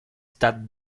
that